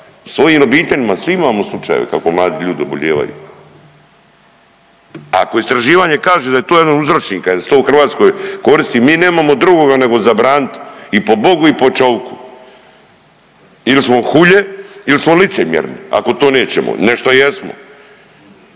svojim obiteljima svi imamo slučajeve kako mladi ljudi obolijevaju. A ako istraživanje kaže da je to jedan od uzročnika jel se to u Hrvatskoj koristi mi nemamo drugoga nego zabranit i po Bogu i po čoviku. Ili smo hulje ili smo licemjeri ako to nećemo. Nešto jesmo.